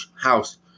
house